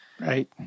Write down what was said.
right